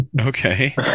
Okay